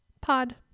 pod